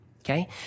okay